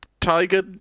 tiger